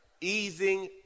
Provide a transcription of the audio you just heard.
easing